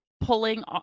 pulling